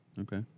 okay